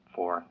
Four